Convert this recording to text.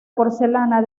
porcelana